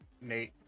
Nate